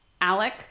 Alec